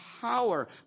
power